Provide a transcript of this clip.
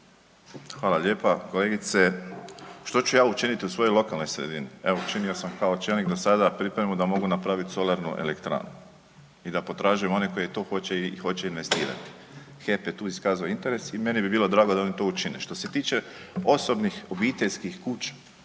Hvala lijepa. Kolegice, što ću ja učiniti u svojoj lokalnoj sredini? Evo učinio sam kao čelnik do sada pripremu da mogu napravit solarnu elektranu i da potražujem one koji to hoće i hoće investirati. HEP je tu iskazao interes i meni bi bilo drago da oni to učine. Što se tiče osobnih obiteljskih kuća